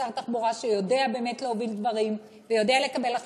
כשר תחבורה שיודע באמת להוביל דברים ויודע לקבל החלטות,